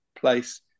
place